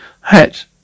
hat